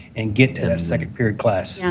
and get to that second period class.